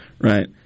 right